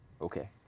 Okay